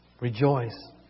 Rejoice